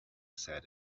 said